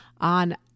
on